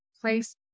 place